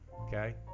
okay